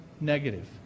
negative